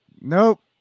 Nope